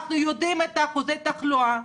אנחנו יודעים את אחוזי התחלואה,